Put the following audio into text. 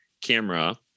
camera